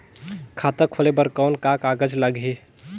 खाता खोले बर कौन का कागज लगही?